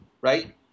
right